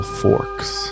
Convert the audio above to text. forks